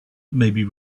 maybe